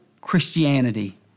Christianity